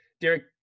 Derek